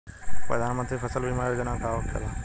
प्रधानमंत्री फसल बीमा योजना का होखेला?